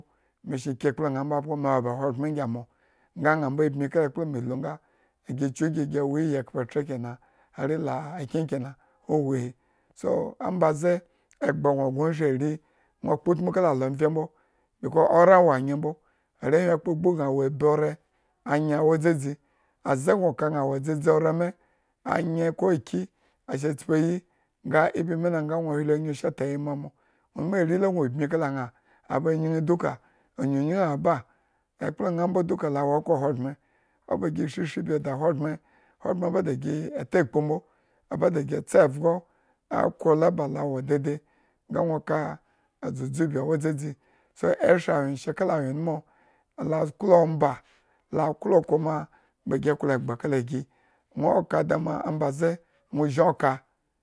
Me shen ki ekplo ñaa abgo me wo ba ahogbren nyi. amo nga aña mbo bmi ekpla melunga gi kyu gi, gi wo iyi ekhpetra kena hari laa akyen kena huhwi, so, ombaze egba gno gnoo eshri ari, nwo kpo utmu kala alo mvye mbo becouse ore awo anye mbo. Arewhi akpogbu ba ñaa wo dzadzi. Aze gno ka ñaa wo dzadzi. Aze gno ka ñaa wo dzadzi ore mii anye ko akyi asa tpuayi nga ibii mi lo. nga nwo hwi onyu sha ta ayimo amo. aba nyiñ duka unyuñyin aba, ekpla ñaa duka awo okhro ahogbren oba gi shri ishri gi da ahogbren, ahogbren ba da gi e takpu mbo, aba da gitse evgo okhro lo ba lo awo daidai, nga nwo kaa, so, udzudzu bi la wo dzadzi so, nwo iha eshra anwyeshekala anwyenmu la klo ombaa, la klo kuma bag klo egba kala gi, nwo kadama ombaze nwo zhin oka.